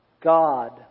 God